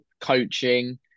coaching